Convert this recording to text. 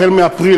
החל מאפריל,